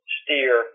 steer